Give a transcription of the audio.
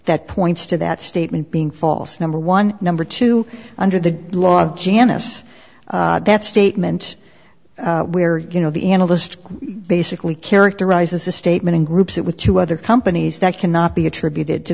that points to that statement being false number one number two under the law of janice that statement where you know the analyst basically characterizes the statement and groups it with two other companies that cannot be attributed to